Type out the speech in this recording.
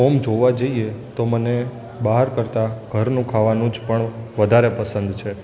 આમ જોવા જઈએ તો મને બહાર કરતાં ઘરનું ખાવાનું જ પણ વધારે પસંદ છે